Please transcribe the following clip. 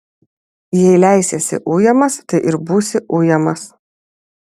jei leisiesi ujamas tai ir būsi ujamas